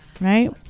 right